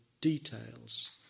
details